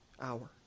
hour